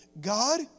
God